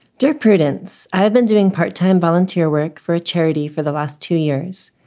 dear prudence, i've been doing part time volunteer work for a charity for the last two years,